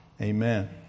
Amen